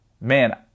man